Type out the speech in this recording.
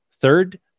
third